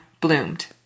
bloomed